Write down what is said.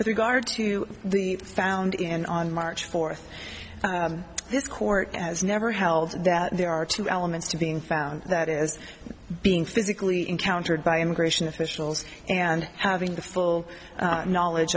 with regard to the found in on march fourth this court has never held that there are two elements being found that is being physically encountered by immigration officials and having the full knowledge